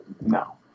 No